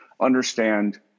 Understand